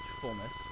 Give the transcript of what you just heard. fullness